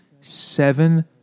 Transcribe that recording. seven